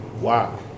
Wow